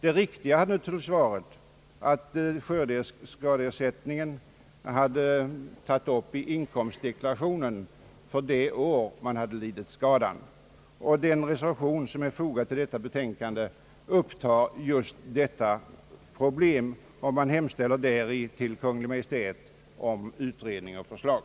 Det riktiga är naturligtvis att skördeskadeersättningen i inkomstdeklarationen tas upp för det år man har lidit skadan. Den reservation som är fogad till betänkandet berör detta problem, och reservanterna hemställer hos Kungl. Maj:t om utredning och förslag.